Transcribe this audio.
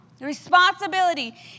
Responsibility